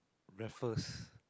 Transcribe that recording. Raffles